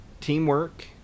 teamwork